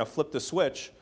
to flip the switch